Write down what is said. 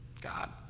God